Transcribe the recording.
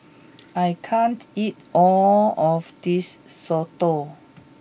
I can't eat all of this Soto